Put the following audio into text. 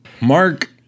mark